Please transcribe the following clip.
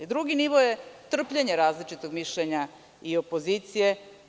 Drugi nivo je trpljenje različitog mišljenja i opozicije.